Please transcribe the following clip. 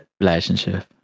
relationship